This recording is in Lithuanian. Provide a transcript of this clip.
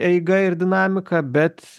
eiga ir dinamika bet